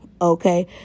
okay